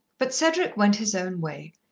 but cedric went his own way,